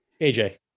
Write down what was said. AJ